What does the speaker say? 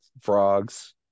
frogs